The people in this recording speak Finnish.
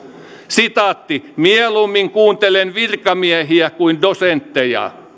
sitaatti mieluummin kuuntelen virkamiehiä kuin dosentteja